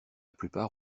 plupart